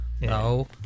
No